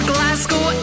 Glasgow